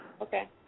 Okay